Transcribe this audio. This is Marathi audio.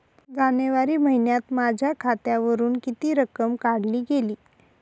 जानेवारी महिन्यात माझ्या खात्यावरुन किती रक्कम काढली गेली?